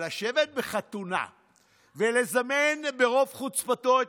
אבל לשבת בחתונה ולזמן ברוב חוצפתו את